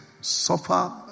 Suffer